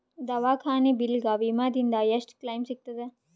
ದವಾಖಾನಿ ಬಿಲ್ ಗ ವಿಮಾ ದಿಂದ ಎಷ್ಟು ಕ್ಲೈಮ್ ಸಿಗತದ?